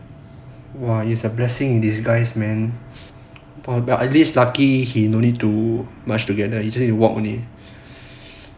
!wah! is a blessing in disguise man but about at least lucky he no need to march together you you walk only